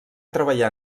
treballar